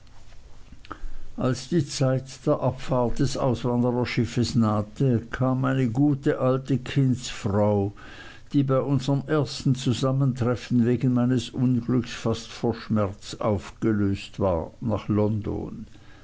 als die zeit der abfahrt des auswandererschiffs nahte kam meine gute alte kindsfrau die bei unserm ersten zusammentreffen wegen meines unglücks fast vor schmerz aufgelöst war nach london